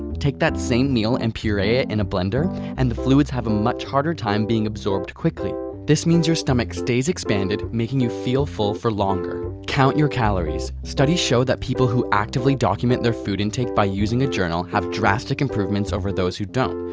take that same meal and puree it in a blender and the fluids have a much harder time being absorbed quickly this means your stomach stays expanded, making you feel full for longer. count your calories. studies show that people who actively document their food intake by using a journal have drastic improvements over those who don't.